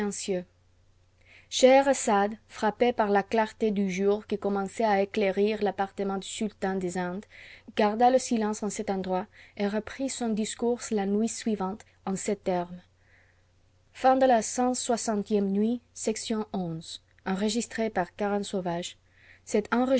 scheherazade frappée par la clarté du jour qui commençait à éclairer l'appartement du sultan des indes garda le silence en cet endroit et reprit son discours la nuit suivante en ces termes clxi nuit